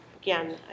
again